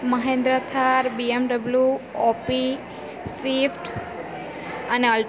Mahendra Thar BMW ઑપી Swift અને Alto